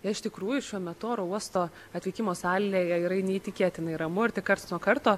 jei iš tikrųjų šiuo metu oro uosto atvykimo salėje yra neįtikėtinai ramu ir tik karts nuo karto